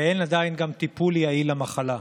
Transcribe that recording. ואין עדיין גם טיפול יעיל למחלה.